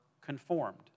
conformed